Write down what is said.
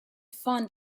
fun